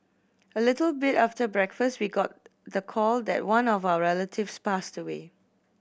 a little bit after breakfast we got the call that one of our relatives passed away